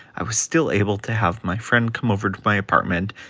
i was still able to have my friend come over to my apartment,